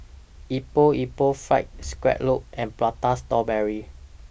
Epok Epok Fried Scallop and Prata Strawberry